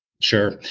Sure